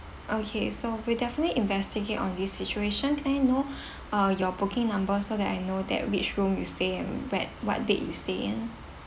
okay so we'll definitely investigate on this situation can I know uh your booking number so that I know that which room you stay and when what date you stay in